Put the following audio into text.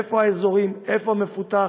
איפה האזורים, איפה מפותח,